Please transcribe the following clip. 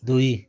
ଦୁଇ